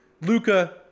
Luca